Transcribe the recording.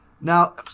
Now